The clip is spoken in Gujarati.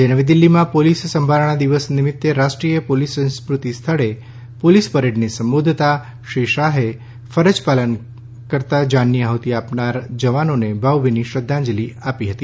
આજે નવી દિલ્હીમાં પોલીસ સંભારણા દિવસ નિમિત્તે રાષ્ટ્રીય પોલીસ સ્મૃતિ સ્થળે પોલીસ પરેડને સંબોધતાં શ્રી શાહે ફરજપાલન કરતાં જાનની આહ્તિ આપનારા જવાનોને ભાવલીની શ્રદ્ધાંજલિ અર્પી હતી